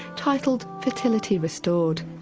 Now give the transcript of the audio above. titled fertility restored.